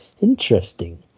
interesting